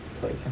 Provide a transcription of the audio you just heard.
place